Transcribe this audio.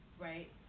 right